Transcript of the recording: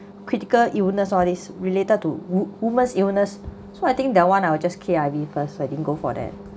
critical illness all these related to wo~ women's illness so I think that one ah I would just K_I_V first so I didn't go for that